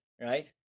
right